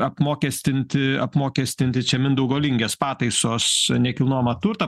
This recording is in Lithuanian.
apmokestinti apmokestinti čia mindaugo lingės pataisos nekilnojamą turtą